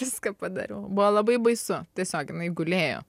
viską padariau buvo labai baisu tiesiog inai gulėjo